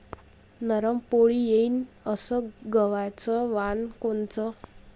नरम पोळी येईन अस गवाचं वान कोनचं?